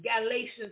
Galatians